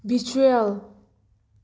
visual